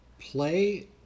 play